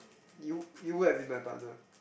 you you would have been my partner